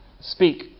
speak